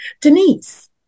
Denise